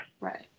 Right